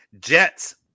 jets